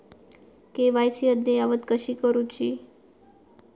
KYC अद्ययावत कशी करुची?